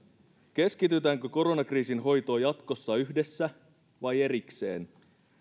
keskitytäänkö koronakriisin hoitoon jatkossa yhdessä vai erikseen